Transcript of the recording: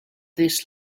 this